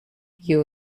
you